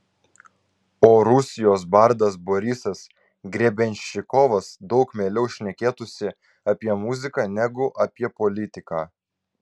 o rusijos bardas borisas grebenščikovas daug mieliau šnekėtųsi apie muziką negu apie politiką